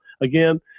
again